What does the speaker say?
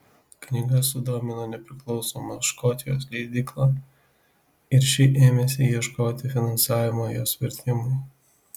knyga sudomino nepriklausomą škotijos leidyklą ir ši ėmėsi ieškoti finansavimo jos vertimui